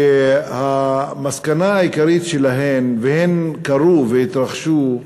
שהמסקנה העיקרית מהם, והם קרו, התרחשו,